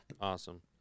Awesome